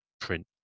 print